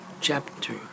chapter